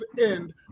end